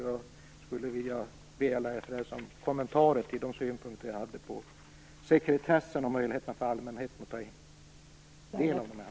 Jag skulle vilja få kommentarer till de synpunkter som jag framfört på allmänhetens möjligheter att ta del av de här handlingarna.